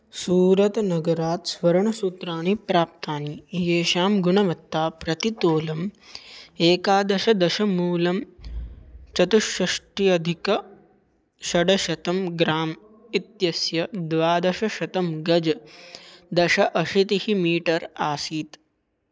सूरत् नगरात् स्वर्णसूत्राणि प्राप्तानि येषां गुणवत्ता प्रतितोलम् एकादशदशमूलं चतुःषष्ट्यधिक षड्शतं ग्राम् इत्यस्य द्वादशशतं गज् दश अशीतिः मीटर् आसीत्